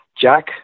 Jack